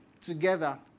together